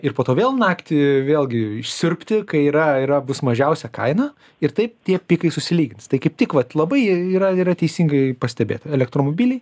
ir po to vėl naktį vėlgi išsiurbti kai yra yra bus mažiausia kaina ir taip tie pikai susilygins tai kaip tik vat labai yra yra teisingai pastebėt elektromobiliai